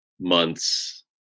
months